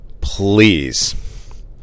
Please